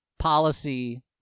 policy